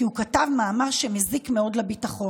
כי הוא כתב מאמר שמזיק מאוד לביטחון,